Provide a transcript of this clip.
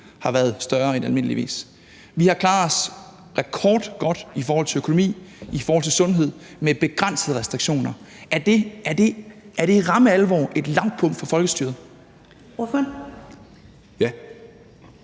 har været større end almindeligvis. Vi har klaret os rekordgodt i forhold til økonomi, i forhold til sundhed, med begrænsede restriktioner. Er det i ramme alvor et lavpunkt for folkestyret? Kl.